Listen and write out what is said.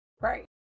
Right